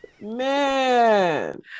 Man